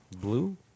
blue